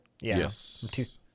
Yes